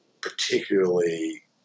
particularly